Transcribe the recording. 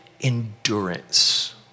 endurance